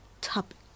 topic